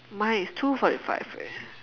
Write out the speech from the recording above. mine is two forty five eh